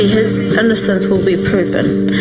his innocence will be proven.